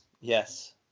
Yes